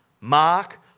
mark